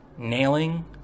Nailing